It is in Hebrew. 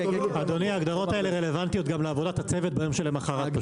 אדוני ההגדרות האלה גם רלוונטיות לעבודת הצוות ביום שלמחרת.